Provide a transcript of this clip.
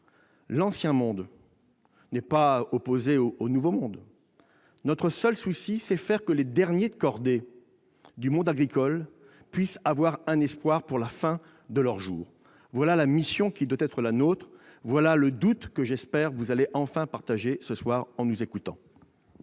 ancien monde » n'est pas opposé au « nouveau monde »; notre seul souci est de faire en sorte que les « derniers de cordée » du monde agricole puissent avoir un espoir pour la fin de leurs jours. Voilà la mission qui doit être la nôtre. Voilà le doute que, je l'espère, vous allez enfin partager en nous écoutant